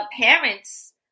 parents